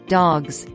dogs